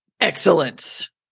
Excellence